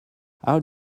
how